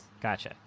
Gotcha